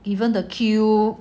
even the queue